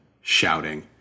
shouting